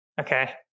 Okay